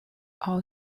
all